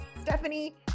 Stephanie